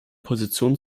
positionen